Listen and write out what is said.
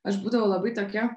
aš būdavau labai tokia